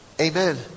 Amen